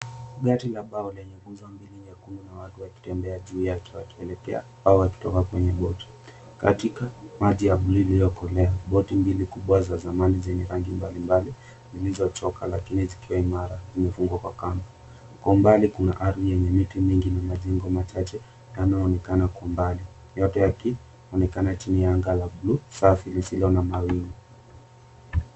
Gari la bao lenye nguzo mbili nyekundu na watu wakitembea juu yake wakielekea au wakitoka kwenye boat. Katika maji ya blue iliyokolea boti mbili kubwa za zamani zenye rangi mbalimbali zilizochoka lakini zikiwa imara zimefungwa kwa kamba. Kwa umbali kuna ardhi yenye miti mingi na majengo machache yanayoonekana kwa mbali, yote yakionekana chini ya anga ya blue safi isiyo na mawingu.